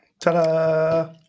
Ta-da